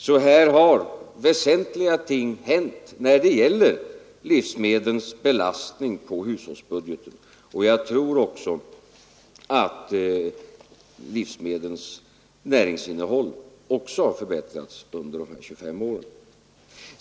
Här har alltså hänt väsentliga ting när det gäller livsmedlens belastning på hushållsbudgeten. Jag tror också att livsmedlens näringsinnehåll förbättrats under de här 25 åren.